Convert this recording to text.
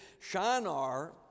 shinar